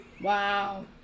Wow